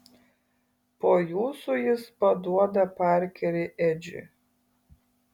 po jūsų jis paduoda parkerį edžiui